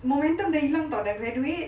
momentum dah hilang [tau] hilang graduate